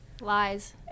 Lies